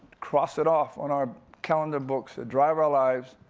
cross it off on our calendar books that drive our lives,